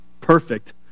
perfect